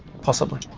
possibly.